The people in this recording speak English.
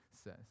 says